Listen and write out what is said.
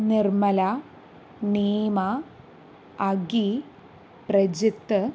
Nirmala Neema Akhil Prajith